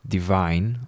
Divine